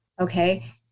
Okay